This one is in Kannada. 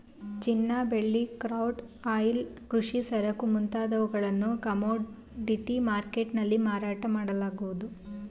ಚಿನ್ನ, ಬೆಳ್ಳಿ, ಕ್ರೂಡ್ ಆಯಿಲ್, ಕೃಷಿ ಸರಕು ಮುಂತಾದವುಗಳನ್ನು ಕಮೋಡಿಟಿ ಮರ್ಕೆಟ್ ನಲ್ಲಿ ಮಾರಾಟ ಮಾಡಲಾಗುವುದು